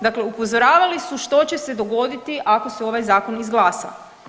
Dakle, upozoravali su što će se dogoditi ako se ovaj zakon izglasa.